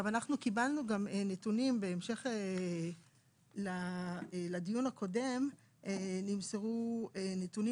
בהמשך לדיון הקודם נמסרו נתונים